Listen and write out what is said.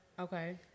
Okay